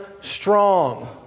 strong